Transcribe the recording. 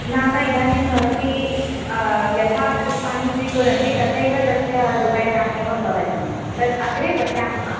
नाम इदानीं भवती यथा पुष्पाणि स्वीकुर्वन्ति तथैव तस्य रूप्यकाणि एव भवन्ति तत् अग्रे पश्यामः